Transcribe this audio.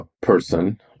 person